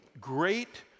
great